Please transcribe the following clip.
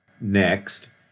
next